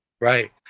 Right